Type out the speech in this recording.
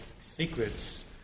secrets